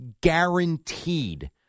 guaranteed